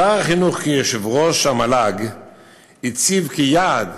שר החינוך כיושב-ראש המל"ג הציב כיעד